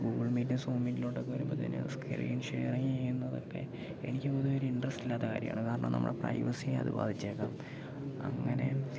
Google Meet Zoom മീറ്റിലോട്ടൊക്കെ വരുമ്പോഴത്തേനും screen sharing ചെയ്യുന്നതൊക്കെ എനിക്ക് പൊതുവേ ഒരു ഇൻട്രസ്റ്റില്ലാത്ത കാര്യമാണ് കാരണം നമ്മുടെ പ്രൈവസിയെ അതു ബാധിച്ചേക്കാം അങ്ങനെ